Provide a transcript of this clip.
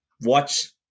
watch